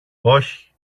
όχι